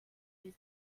huit